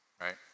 right